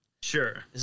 Sure